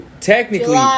technically